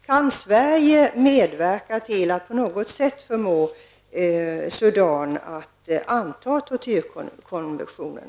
Kan Sverige medverka till att på något sätt förmå Sudan att anta tortyrkonventionen?